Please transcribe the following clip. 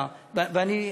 ואני,